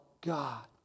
God